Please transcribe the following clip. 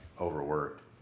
overworked